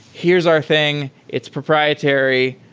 here's our thing. it's proprietary.